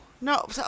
No